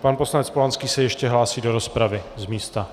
Pan poslanec Polanský se ještě hlásí do rozpravy z místa.